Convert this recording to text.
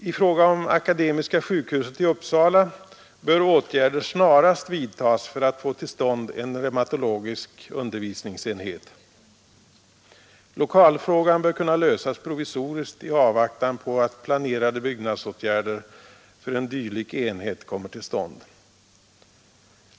I fråga om Akademiska sjukhuset i Uppsala bör åtgärder snarast vidtas för att få till stånd en reumatologisk undervisningsenhet. Lokalfrågan bör kunna lösas provisoriskt i avvaktan på att planerade byggnadsåtgärder för en dylik enhet kommer till stånd.